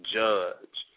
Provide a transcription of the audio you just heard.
judge